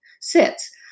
sits